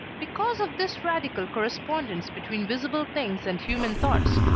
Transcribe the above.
because of this radical correspondence between visible things and human thoughts,